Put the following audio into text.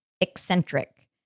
eccentric